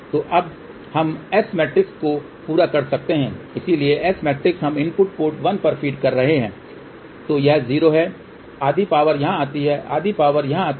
तो अब हम S मैट्रिक्स को पूरा कर सकते हैं इसलिए S मैट्रिक्स हम इनपुट पोर्ट 1 पर फीड कर रहे हैं तो यह 0 है आधी पावर यहां जाती है आधी पावर यहां जाती है